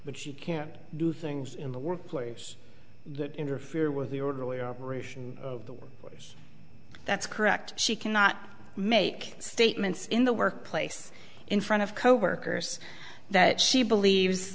but she can't do things in the workplace that interfere with the orderly operation of the workplace that's correct she cannot make statements in the workplace in front of coworkers that she believes